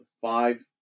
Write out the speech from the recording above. five